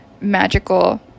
magical